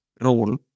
role